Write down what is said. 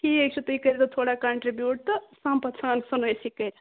ٹھیٖک چھُ تُہۍ کٔرۍ زیٚو تھوڑا کَنٹرٛبیوٗٹ تہٕ تمہِ پتہٕ سا سٕنو أسۍ یہِ کٔرِتھ